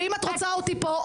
ואם את רוצה אותי פה,